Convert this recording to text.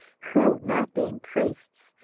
who, not being priests,